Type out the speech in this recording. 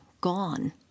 gone